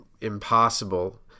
impossible